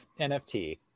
NFT